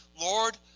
Lord